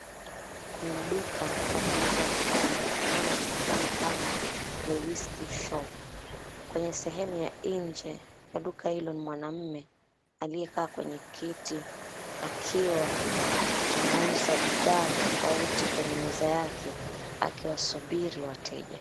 Kwenye duka la kuuza pombe linalojulikana kama, The Whiskey Shop. Kwenye sehemu ya nje ya duka hilo, ni mwanamume aliyekaa kwenye kiti, akiwa anauza bidhaa tofauti kwenye meza yake, akiwasubiri wateja.